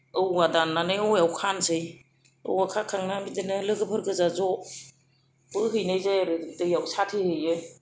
औवा दान्नानै औवायाव खानोसै औवा खाखांना बिदिनो लोगोफोर गोजा ज' बाव हैनाय जायो आरो दैयाव साथेहोयो